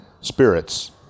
spirits